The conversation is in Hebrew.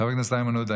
חבר הכנסת איימן עודה,